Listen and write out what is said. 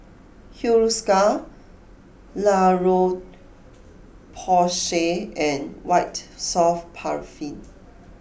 Hiruscar La Roche Porsay and White Soft Paraffin